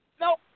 nope